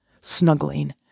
snuggling